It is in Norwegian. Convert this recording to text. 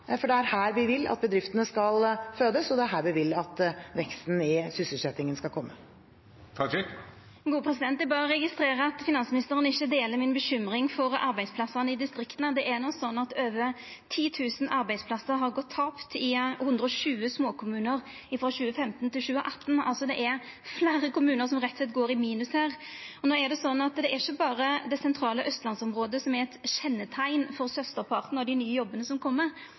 for det er her vi vil at bedriftene skal fødes, og det er her vi vil at veksten i sysselsettingen skal komme. Det vert opna for oppfølgingsspørsmål – først Hadia Tajik. Eg berre registrerer at finansministeren ikkje deler mi bekymring for arbeidsplassane i distrikta. Det er no sånn at over 10 000 arbeidsplassar har gått tapt i 120 småkommunar frå 2015 til 2018. Det er altså fleire kommunar som rett og slett går i minus. No er det sånn at det er ikkje berre det sentrale austlandsområdet som er eit kjenneteikn for størsteparten av dei nye jobbane som